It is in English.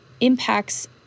impacts